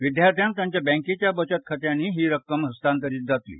विद्यार्थ्यांक तांच्या बँकेच्या बचत खात्यांनी ही रक्कम हस्तांतरीत जातली